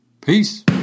Peace